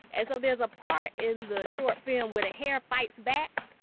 and so there's a part in the short film where the hair fights back